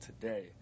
today